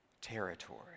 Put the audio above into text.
territory